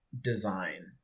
design